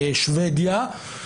שוודיה.